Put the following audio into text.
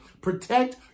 Protect